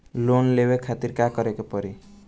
Loan लेवे खातिर का करे के पड़ी?